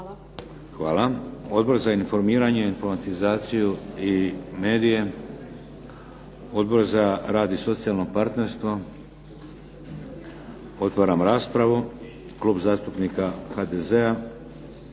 Hvala. Odbor za informiranje, informatizaciju i medije? Odbor za rad i socijalno partnerstvo? Otvaram raspravu. Klub zastupnika SDP-a